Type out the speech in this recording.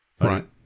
Right